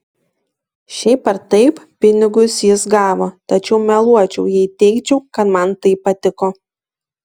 šiaip ar taip pinigus jis gavo tačiau meluočiau jei teigčiau kad man tai patiko